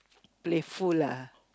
playful lah